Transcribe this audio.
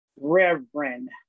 Reverend